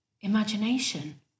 imagination